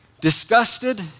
disgusted